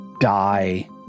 die